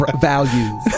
value